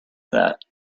that